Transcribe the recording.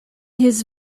his